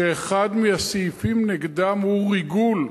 כשאחד מהסעיפים נגדם הוא ריגול.